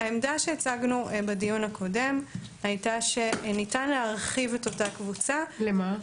העמדה שהצגנו בדיון הקודם הייתה שניתן להרחיב את אותה קבוצה -- למה?